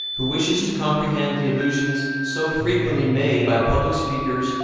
who wishes to comprehend the allusions so frequently made by public speakers,